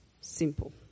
Simple